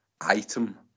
item